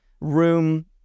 room